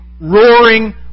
roaring